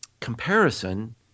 comparison